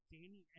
Danny